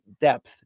depth